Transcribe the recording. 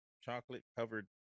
chocolate-covered